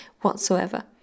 whatsoever